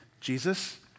Jesus